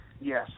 Yes